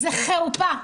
זו חרפה.